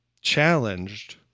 challenged